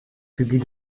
publie